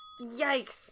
Yikes